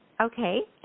Okay